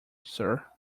sir